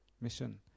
mission